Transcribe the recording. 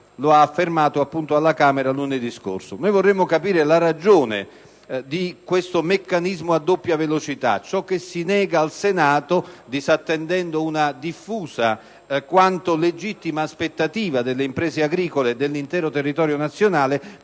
come ha affermato alla Camera lunedì scorso. Vorremmo capire la ragione di questo meccanismo a doppia velocità: ciò che si nega al Senato, disattendendo una diffusa quanto legittima aspettativa delle imprese agricole dell'intero territorio nazionale,